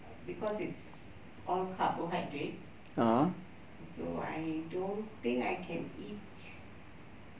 err because it's all carbohydrates so I don't think I can eat